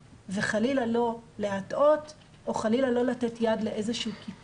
וחלילה לא להטעות או חלילה לא לתת יד לקיפוח.